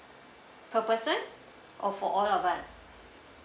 per person or for all of us